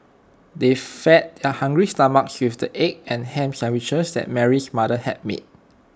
they fed their hungry stomachs with the egg and Ham Sandwiches that Mary's mother had made